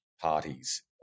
parties